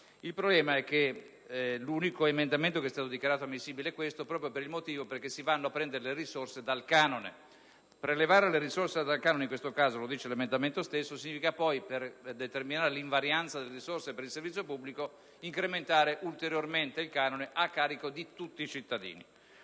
Il problema è che l'unico emendamento dichiarato ammissibile è questo proprio perché si vanno a prendere le risorse dal canone. Prelevare le risorse dal canone in questo caso ‑ lo dice l'emendamento stesso ‑ significa che, per determinare l'invarianza delle risorse per il servizio pubblico, si dovrà incrementare ulteriormente il canone a carico di tutti i cittadini.